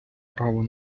право